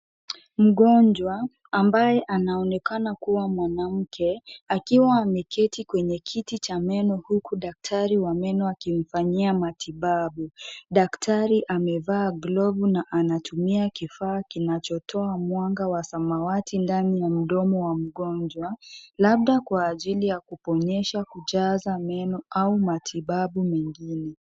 Mgonjwa ambaye anaonekana kuwa mwanamke, akiwa ameketi kwenye kiti cha meno huku daktari wa meno akimfanyia matibabu. Daktari amevaa glovu na anatumia kifaa kinachotoa mwanga wa samawati ndani ya mdomo wa mgonjwa , labda kwa ajili ya kuponesha , kujaza meno au matibabu mengine